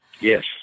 Yes